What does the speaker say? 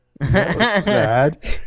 Sad